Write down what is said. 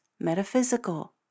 metaphysical